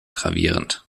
gravierend